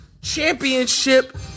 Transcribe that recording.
championship